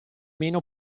meno